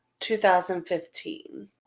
2015